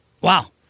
Wow